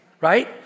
right